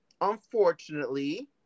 unfortunately